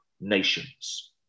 nations